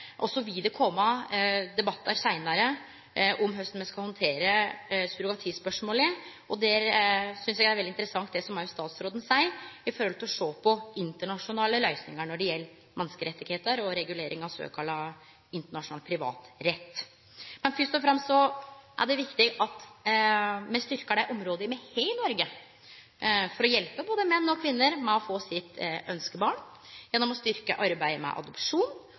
og så vil det kome debattar seinare om korleis me skal handtere surrogatispørsmålet. Eg synest òg det er veldig interessant det som statsråden seier om å sjå på internasjonale løysingar når det gjeld menneskerettar og regulering av såkalla internasjonal privatrett. Fyrst og fremst er det viktig at me styrkjer dei områda me har i Noreg for å hjelpe både menn og kvinner med å få sitt ynskebarn. Me må styrkje arbeidet med adopsjon,